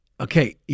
Okay